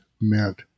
meant